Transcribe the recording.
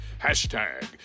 hashtag